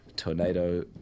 tornado